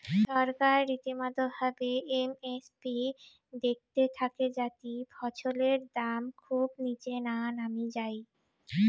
ছরকার রীতিমতো ভাবে এম এস পি দেইখতে থাকে যাতি ফছলের দাম খুব নিচে না নামি যাই